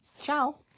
Ciao